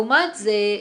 לעומת זאת,